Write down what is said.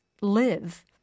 live